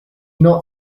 not